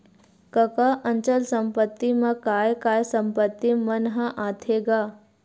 कका अचल संपत्ति मा काय काय संपत्ति मन ह आथे गा?